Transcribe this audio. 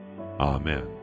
Amen